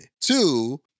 Two